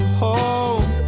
home